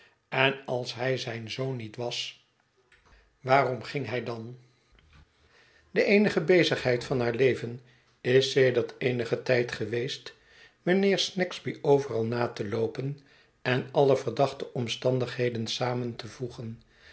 en als bij zijn zoon niet was waarom mijnheer bugrets en jufvrouw snagsbts drijfveer ging hij dan de eenige bezigheid van haar leven is sedert eenigen tijd geweest mijnheer snagsby overal na te loopen en alle verdachte omstandigheden samen te voegen